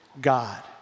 God